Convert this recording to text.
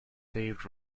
saved